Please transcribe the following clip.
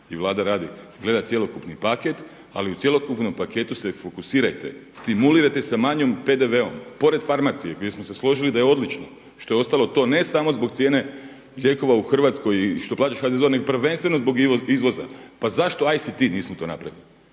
i Vlada rade, gleda cjelokupni paket ali u cjelokupnom paketu se fokusirajte, stimulirajte sa manjim PDV-om. Pored farmacije koju smo se složili da je odlična, što je ostalo to ne, samo zbog cijene lijekova u Hrvatskoj i što plaćaš HZZO nego prvenstveno zbog izvoza. Pa zašto ICT nismo to napravili?